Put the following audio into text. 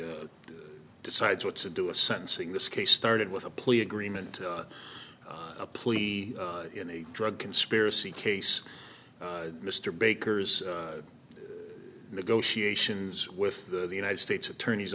decides what to do a sentencing this case started with a plea agreement a plea in a drug conspiracy case mr baker's negotiations with the united states attorney's